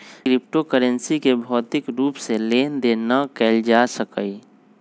crypto currency के भौतिक रूप से लेन देन न कएल जा सकइय